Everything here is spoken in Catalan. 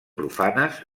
profanes